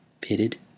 pitted